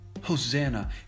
Hosanna